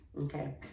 okay